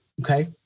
okay